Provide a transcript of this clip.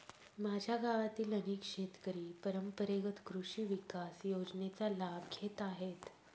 माझ्या गावातील अनेक शेतकरी परंपरेगत कृषी विकास योजनेचा लाभ घेत आहेत